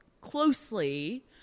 closely